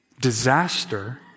disaster